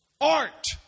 art